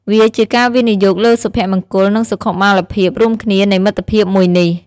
វាជាការវិនិយោគលើសុភមង្គល និងសុខុមាលភាពរួមគ្នានៃមិត្តភាពមួយនេះ។